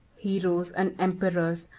heroes, and emperors,